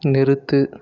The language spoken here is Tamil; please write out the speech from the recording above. நிறுத்து